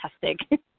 fantastic